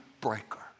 breaker